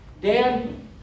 Dan